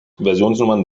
versionsnummern